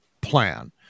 plan